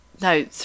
No